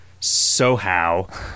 Sohow